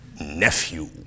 Nephew